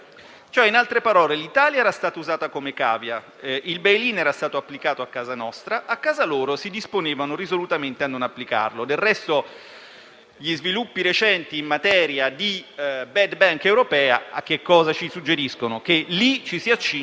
A me non sembra che la lezione sia stata pienamente compresa, perché il semplice fatto che dobbiamo disporre un emendamento di questo tipo - che adesso la maggioranza boccerà - fa capire che la natura destabilizzante della normativa europea in materia di risoluzione di salvataggi bancari